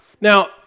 Now